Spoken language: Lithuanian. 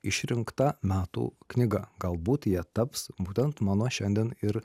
išrinkta metų knyga galbūt jie taps būtent mano šiandien ir